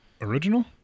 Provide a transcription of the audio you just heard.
Original